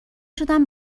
شدم